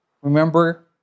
Remember